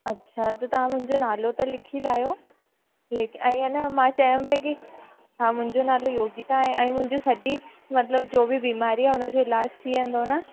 अछा त तव्हां मुंहिंजो नालो त लिखी लायो लेकिन मां चवां पई की हा मुंहिंजो नालो योगिता आहे ऐं मुंहिंजे सॼी जेका बीमारी आहे उन जो इलाजु थी वेंदो न